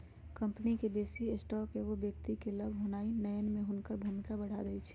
company के बेशी stock एगो व्यक्ति के लग होनाइ नयन में हुनकर भूमिका बढ़ा देइ छै